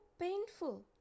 painful